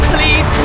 Please